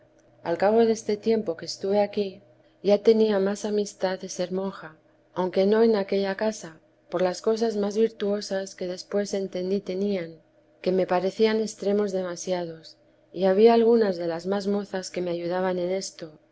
a cabo de este tiempo que estuve aquí ya tenía más amistad de ser monja aunque no en aquella casa por las cosas más virtuosas que después entendí tenían que me parecían extremos demasiados y había algunas de las más mozas que me ayudaban en esto